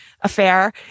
affair